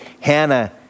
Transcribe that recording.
Hannah